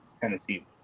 Tennessee